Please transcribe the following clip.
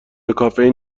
کافئین